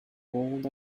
pulled